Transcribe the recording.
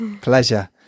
pleasure